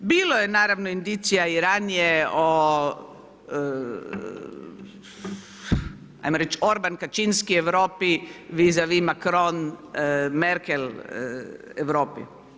Bilo je naravno indicija i ranije o ajmo reći Orban Kaczynski Europi vizavi Makron Merkel Europi.